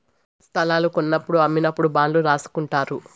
స్తలాలు కొన్నప్పుడు అమ్మినప్పుడు బాండ్లు రాసుకుంటారు